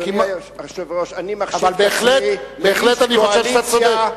אבל בהחלט אני חושב שאתה צודק.